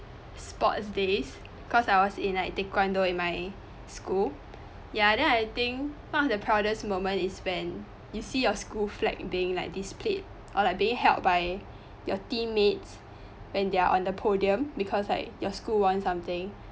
sports day cause I was in like taekwondo in my school ya then I think one of the proudest moment is when you see your school flag being like displayed or like being held by your teammates when they are on the podium because like your school won something